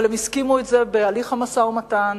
אבל הם הסכימו לזה בהליך המשא-ומתן